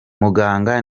muganga